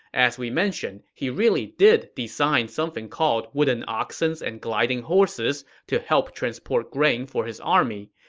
as we mentioned, he really did design something called wooden oxens and gliding horses to help transport grain for his army.